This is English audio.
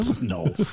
No